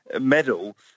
medal